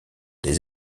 des